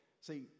See